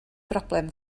broblem